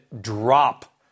drop